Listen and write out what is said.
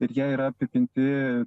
ir jie yra apipinti